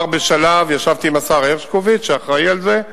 ישבתי עם השר הרשקוביץ, שאחראי לזה,